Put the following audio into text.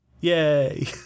Yay